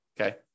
okay